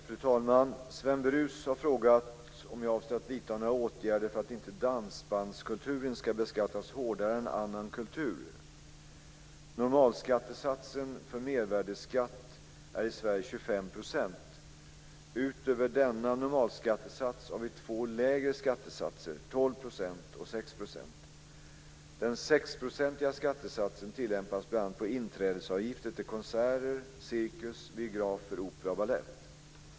Fru talman! Sven Brus har frågat om jag avser att vidta några åtgärder för att inte dansbandskulturen ska beskattas hårdare än annan kultur. Normalskattesatsen för mervärdesskatt är i Sverige 25 %. Utöver denna normalskattesats har vi två lägre skattesatser, 12 % och 6 %. Den 6-procentiga skattesatsen tillämpas bl.a. på inträdesavgifter till konserter, cirkus, biografer, opera och balett.